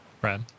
Brad